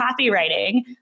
copywriting